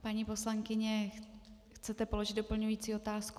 Paní poslankyně, chcete položit doplňující otázku?